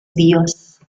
dios